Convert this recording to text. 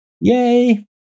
Yay